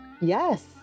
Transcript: Yes